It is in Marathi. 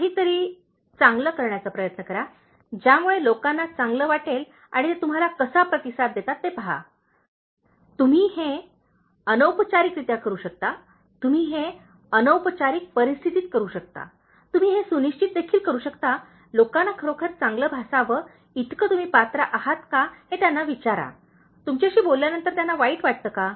काहीतरी चांगले करण्याचा प्रयत्न करा ज्यामुळे लोकांना चांगले वाटेल आणि ते तुम्हाला कसा प्रतिसाद देतात ते पहा तुम्ही हे अनौपचारिकरित्या करू शकता तुम्ही हे अनौपचारिक परिस्थितीत करू शकता तुम्ही हे सुनिश्चित देखील करू शकता लोकांना खरोखर चांगले भासावे इतके तुम्ही पात्र आहात का हे त्याना विचारा तुमच्याशी बोलल्यानंतर त्यांना वाईट वाटते काय